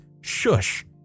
shush